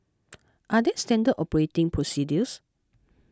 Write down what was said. are there standard operating procedures